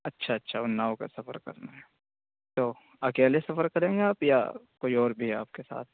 اچھا اچھا اناؤ کا سفر کرنا ہے تو اکیلے سفر کریں گے آپ یا کوئی اور بھی ہے آپ کے ساتھ